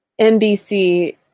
NBC